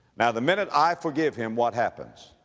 now the minute i forgive him, what happens?